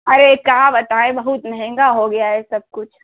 अरे का बताए बहुत महंगा हो गया है सब कुछ